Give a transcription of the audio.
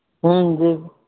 ਹਾਂਜੀ